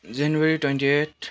January twenty eight